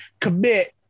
commit